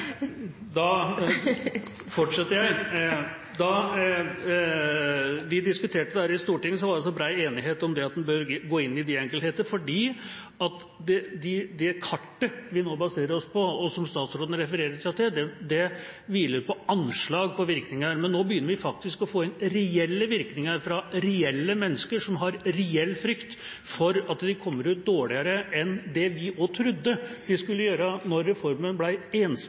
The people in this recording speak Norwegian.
Da vi diskuterte dette i Stortinget, var det bred enighet om at en bør gå inn i disse enkelthetene fordi det kartet vi nå baserer oss på, og som statsråden refererer til, hviler på anslag på virkninger. Men nå begynner vi faktisk å få inn reelle virkninger fra reelle mennesker, som har reell frykt for at de kommer dårligere ut enn det vi også trodde de skulle gjøre da reformen ble enstemmig vedtatt i Stortinget. Når